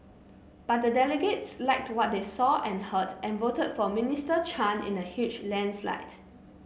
but the delegates liked to what they saw and heard and voted for Minister Chan in a huge landslide